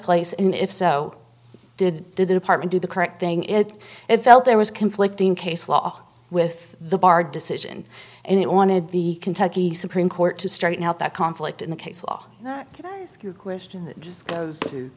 place and if so did did the department do the correct thing it and felt there was conflicting case law with the bar decision and it wanted the kentucky supreme court to straighten out that conflict in the case law that can i ask you a question that just goes to